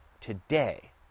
Today